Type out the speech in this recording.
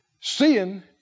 Seeing